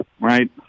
right